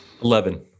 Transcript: Eleven